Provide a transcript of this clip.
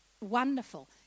wonderful